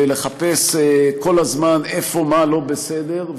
ולחפש כל הזמן איפה ומה לא בסדר,